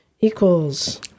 equals